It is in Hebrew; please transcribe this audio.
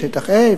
שטח A,